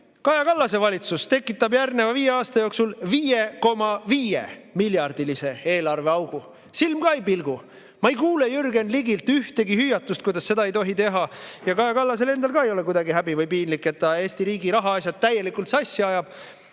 Kaja Kallase valitsus tekitab järgneva viie aasta jooksul 5,5‑miljardilise eelarveaugu. Silm ka ei pilgu. Ma ei kuule Jürgen Ligilt ühtegi hüüatust, kuidas seda ei tohi teha. Kaja Kallasel endal ka ei ole kuidagi häbi ega piinlik, et ta Eesti riigi rahaasjad täielikult sassi ajab.